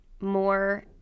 more